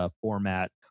format